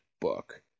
book